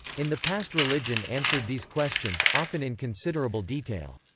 in the past religion answered these questions, often in considerable detail.